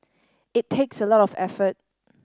it takes a lot of effort